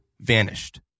VANISHED